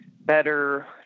better